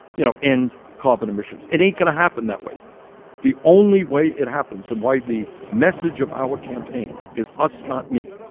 you know, end carbon emissions. it ain't going to happen that way the only way it happens and why the message of our campaign is us, not me,